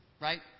right